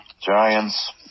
Giants